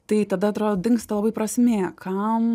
tai tada atrodo dingsta labai prasmė kam